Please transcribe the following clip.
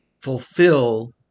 fulfill